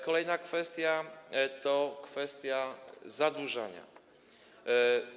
Kolejna kwestia to kwestia zadłużania się.